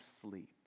sleep